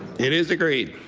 it is agreed.